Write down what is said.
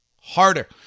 harder